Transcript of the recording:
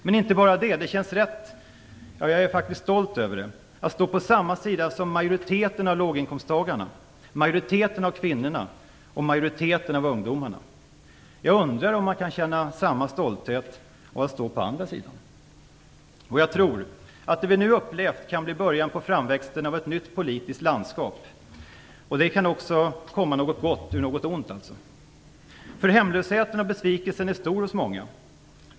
Men inte bara det: Det känns rätt - ja, jag är faktiskt stolt över det - att stå på samma sida som majoriteten av låginkomsttagarna, majoriteten av kvinnorna och majoriteten av ungdomarna. Jag undrar om man kan känna samma stolthet över att stå på andra sidan. Jag tror att det vi nu har upplevt kan bli början på framväxten av ett nytt politiskt landskap, och då kan det alltså komma något gott ur något ont. Hemlösheten och besvikelsen är stor hos många.